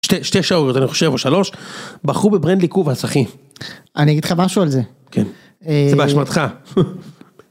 ‫שתי שעות, אני חושב, או שלוש, ‫בכו בברנדלי קוואס, אחי. ‫אני אגיד לך משהו על זה. ‫-כן. זה באשמתך.